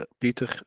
Peter